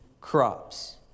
crops